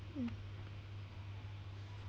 mm